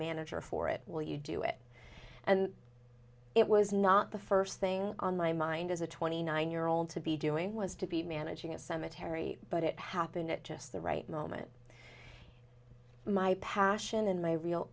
manager for it will you do it and it was not the first thing on my mind as a twenty nine year old to be doing was to be managing a cemetery but it happened at just the right moment my passion and my real